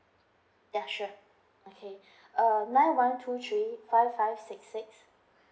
ya sure okay err nine one two three five five six six